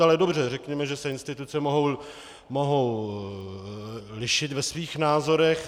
Ale dobře, řekněme, že se instituce mohou lišit ve svých názorech.